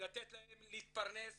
לתת להם להתפרנס בכבוד.